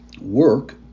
Work